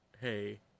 Hey